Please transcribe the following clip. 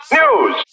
news